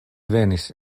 venis